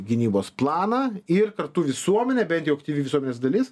gynybos planą ir kartu visuomenę bent jau aktyvi visuomenės dalis